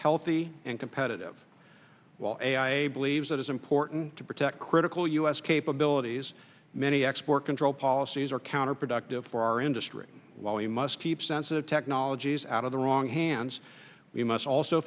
healthy and competitive while i believe that it's important to protect critical u s capabilities many export control policies are counterproductive for our industry while we must keep sensitive technologies out of the wrong hands we must also